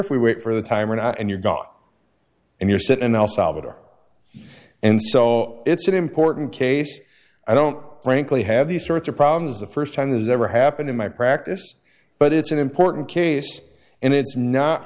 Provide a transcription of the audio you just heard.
if we wait for the time or not and you've got and you're set in el salvador and so it's an important case i don't frankly have these sorts of problems the st time this ever happened in my practice but it's an important case and it's not